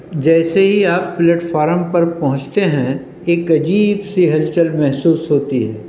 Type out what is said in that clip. جیسے ہی آپ پلیٹفارم پر پہنچتے ہیں ایک عجیب سی ہل چل محسوس ہوتی ہے